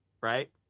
right